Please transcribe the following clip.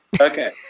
Okay